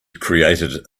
created